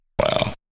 Wow